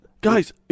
guys